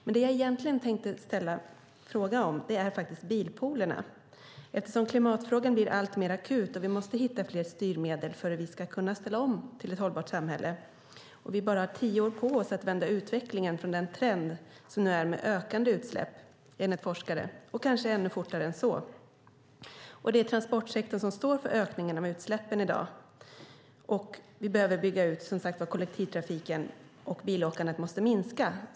Men det jag egentligen tänkte ställa en fråga om är faktiskt bilpoolerna. Klimatfrågan blir alltmer akut, och vi måste hitta fler styrmedel för att kunna ställa om till ett hållbart samhälle. Enligt forskare har vi bara tio år på oss att vända den trend med ökande utsläpp som råder nu, och det måste kanske gå fortare än så. Det är transportsektorn som står för ökningen av utsläppen i dag. Vi behöver bygga ut kollektivtrafiken, och bilåkandet måste minska.